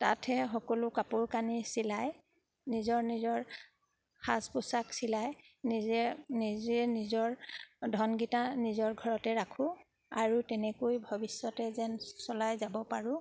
তাতহে সকলো কাপোৰ কানি চিলাই নিজৰ নিজৰ সাজ পোচাক চিলাই নিজে নিজে নিজৰ ধনকেইটা নিজৰ ঘৰতে ৰাখোঁ আৰু তেনেকৈ ভৱিষ্যতে যেন চলাই যাব পাৰোঁ